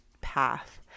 path